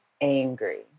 angry